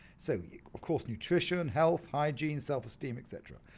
so of course nutrition, health, hygiene, self esteem, et cetera.